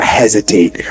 hesitate